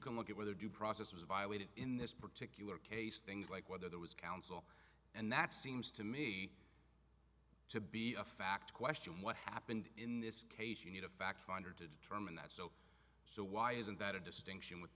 can look at whether due process was violated in this particular case things like whether there was counsel and that seems to me to be a fact question what happened in this case you need a fact finder to determine that so so why isn't that a distinction with